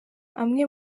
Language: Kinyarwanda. amwe